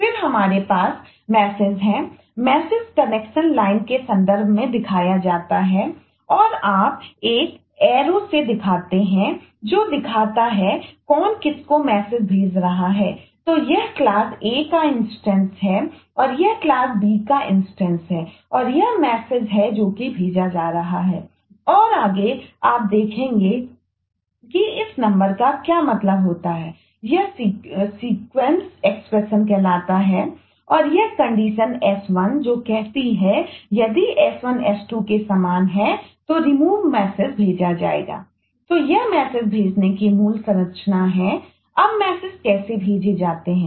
फिर हमारे पास मैसेज भेजा जाएगा